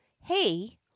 Hey